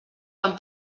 vam